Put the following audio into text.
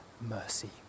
mercy